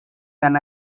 when